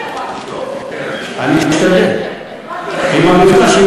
לפני כן אני מבקש לבדוק לי אם השפה הערבית